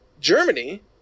Germany